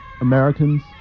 Americans